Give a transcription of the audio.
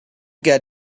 get